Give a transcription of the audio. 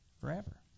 forever